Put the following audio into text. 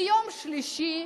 ביום שלישי.